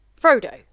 frodo